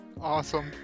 awesome